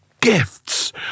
gifts